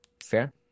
Fair